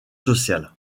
sociale